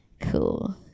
Cool